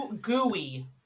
gooey